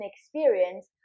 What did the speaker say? experience